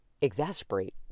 exasperate